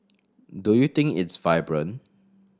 do you think it's vibrant